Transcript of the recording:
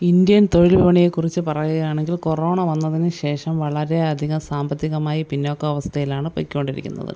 Indian തൊഴിൽ വിപണിയെക്കുറിച്ച് പറയുകയാണെങ്കിൽ കൊറോണ വന്നതിന് ശേഷം വളരെയധികം സാമ്പത്തികമായി പിന്നോക്കാവസ്ഥയിലാണ് പൊയ്ക്കൊണ്ടിരുന്നത്